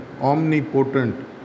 omnipotent